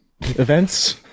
Events